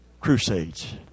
crusades